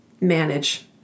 manage